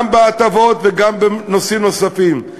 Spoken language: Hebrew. גם בהטבות וגם בנושאים נוספים.